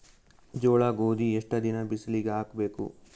ಜೋಳ ಗೋಧಿ ಎಷ್ಟ ದಿನ ಬಿಸಿಲಿಗೆ ಹಾಕ್ಬೇಕು?